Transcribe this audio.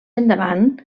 endavant